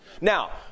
Now